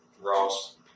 Ross